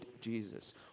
Jesus